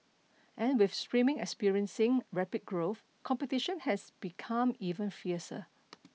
and with streaming experiencing rapid growth competition has become even fiercer